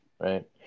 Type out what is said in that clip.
right